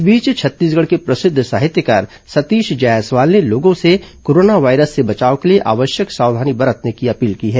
इस बीच छत्तीसगढ़ के प्रसिद्ध साहित्यकार सतीश जायसवाल ने लोगों से कोरोना वायरस से बचाव के लिए आवश्यक सावधानी बरतने की अपील की है